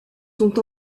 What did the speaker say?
sont